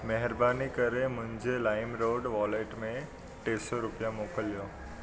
महिरबानी करे मुंहिंजे लाइमरोड वॉलेट में टे सौ रुपिया मोकिलियो